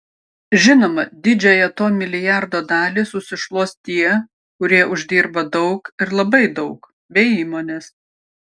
žinoma didžiąją to milijardo dalį susišluos tie kurie uždirba daug ir labai daug bei įmonės